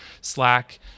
Slack